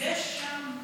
יש שם סעיף,